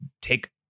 take